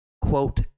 quote